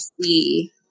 see